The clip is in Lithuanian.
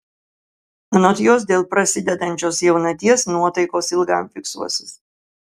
anot jos dėl prasidedančios jaunaties nuotaikos ilgam fiksuosis